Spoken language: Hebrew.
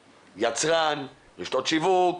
יצרן, רשתות שיווק,